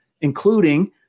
including